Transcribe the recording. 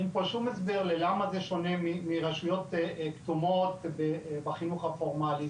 אין פה שום הסבר למה זה שונה מרשויות כתומות בחינוך הפורמלי.